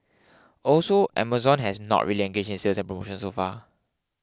also Amazon has not really engaged in sales and promotions so far